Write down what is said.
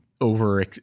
over